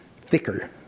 thicker